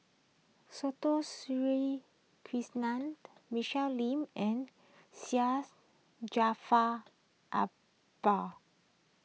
Sri Krishna Michelle Lim and Syed Jaafar Albar